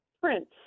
prince